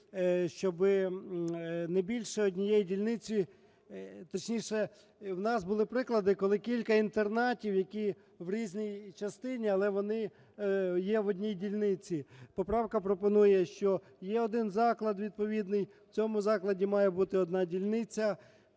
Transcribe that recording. щоби не більше однієї дільниці. Точніше, у нас були приклади, коли кілька інтернатів, які в різній частині, але вони є в одній дільниці. Поправка пропонує, що є один заклад відповідний, в цьому закладі має бути одна дільниця,